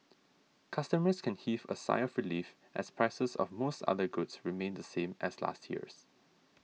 customers can heave a sigh of relief as prices of most other goods remain the same as last year's